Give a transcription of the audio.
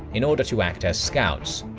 in order to act as scouts.